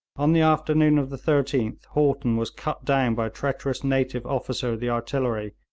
on the afternoon of the thirteenth haughton was cut down by a treacherous native officer of the artillery,